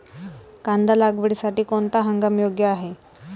कांदा लागवडीसाठी कोणता हंगाम योग्य आहे?